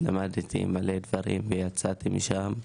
למדתי הרבה דברים שיצאתי משם,